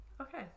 Okay